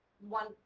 one